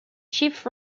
chief